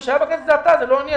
מי שהיה בכנסת זה אתה ולא אני.